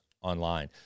online